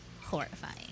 horrifying